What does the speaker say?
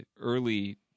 early